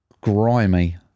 grimy